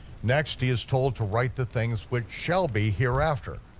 next he is told to write the things which shall be hereafter.